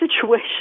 situation